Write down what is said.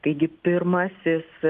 taigi pirmasis